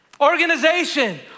organization